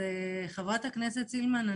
חברת הכנסת סילמן,